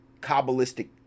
kabbalistic